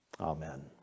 Amen